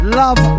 love